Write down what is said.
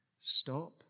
Stop